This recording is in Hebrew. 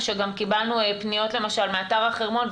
שגם קיבלנו פניות למשל מאתר החרמון,